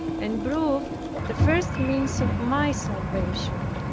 and proved the first means of my salvation.